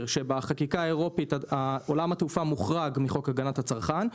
שבחקיקה האירופית עולם התעופה מוחרג מחוק הגנת הצרכן.